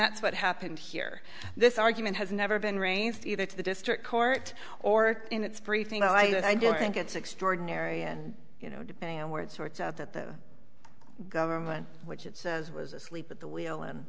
that's what happened here this argument has never been rains either to the district court or in its briefing i don't think it's extraordinary and you know depending on where it sorts out that the government which it says was asleep at the wheel and